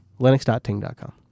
Linux.ting.com